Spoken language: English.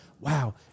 wow